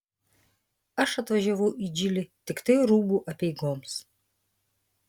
aš atvažiavau į džilį tiktai rūbų apeigoms